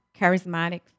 charismatic